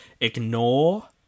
ignore